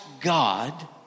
God